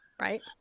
Right